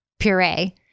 puree